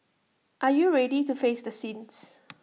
are you ready to face the sins